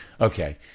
Okay